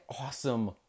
awesome